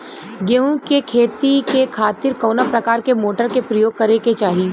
गेहूँ के खेती के खातिर कवना प्रकार के मोटर के प्रयोग करे के चाही?